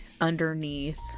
underneath